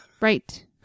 Right